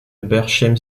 berchem